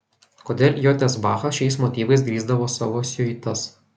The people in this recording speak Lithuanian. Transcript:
kodėl j s bachas šiais motyvais grįsdavo savo siuitas